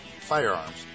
firearms